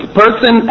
person